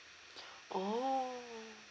oh